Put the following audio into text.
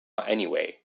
anyway